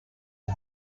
the